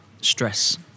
stress